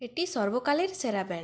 এটি সর্বকালের সেরা ব্যান্ড